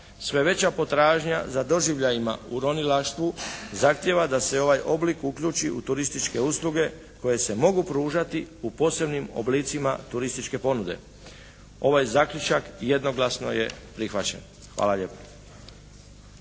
sve veća potražna za doživljajima u ronilaštvu zahtijeva da se ovaj oblik uključi u turističke usluge koje se mogu pružati u posebnim oblicima turističke ponude. Ovaj zaključak jednoglasno je prihvaćen. Hvala lijepo.